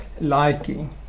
liking